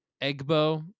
Egbo